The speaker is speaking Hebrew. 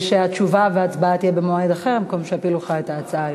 שהתשובה וההצבעה יהיו במועד אחר במקום שיפילו לך את ההצעה היום.